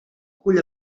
cull